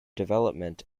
development